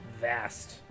vast